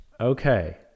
Okay